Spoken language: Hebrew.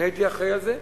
והייתי אחראי לזה.